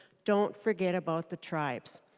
don't forget about the tribes.